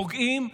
פוגעים,